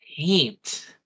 Paint